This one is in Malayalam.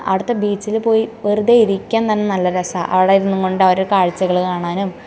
അവിടുത്തെ ബീച്ചിൽ പോയി വെറുതെ ഇരിക്കാൻ നൻ നല്ല രസമാണ് അവിടെ ഇരുന്നും കൊണ്ട് ഓരോ കാഴ്ചകൾ കാണാനും